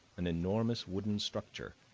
an enormous wooden structure,